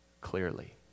clearly